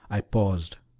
i paused,